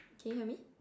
can you hear me